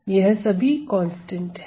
यह सभी कांस्टेंट हैं